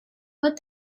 what